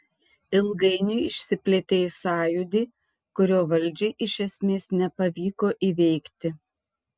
ilgainiui išsiplėtė į sąjūdį kurio valdžiai iš esmės nepavyko įveikti